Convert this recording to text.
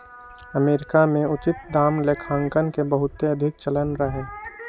America में उचित दाम लेखांकन के बहुते अधिक चलन रहै